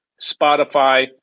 spotify